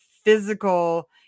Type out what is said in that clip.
physical